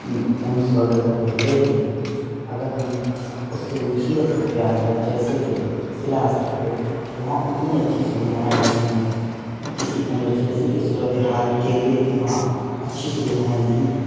AIIMS وغیرہ ہو گیا لیکن اگر ہم اس سے نچلی استر پہ آ جائے جیسے کہ ضلع استر پہ تو وہاں اتنی اچھی سویدھائیں نہیں ہیں کسی ایمرجنسی کے صورت حال کے لیے بھی وہاں اچھی سویدھائیں نہیں ہیں